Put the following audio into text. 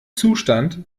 zustand